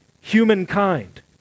Humankind